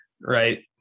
right